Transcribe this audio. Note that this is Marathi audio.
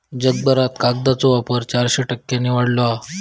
जगभरात कागदाचो वापर चारशे टक्क्यांनी वाढलो हा